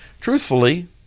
Truthfully